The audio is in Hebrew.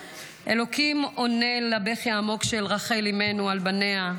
אלוקים עונה לבכי העמוק של רחל אימנו על בניה,